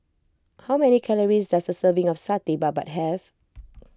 how many calories does a serving of Satay Babat have